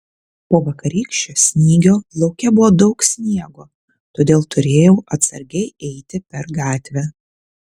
po vakarykščio snygio lauke buvo daug sniego todėl turėjau atsargiai eiti per gatvę